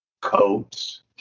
coats